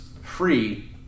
free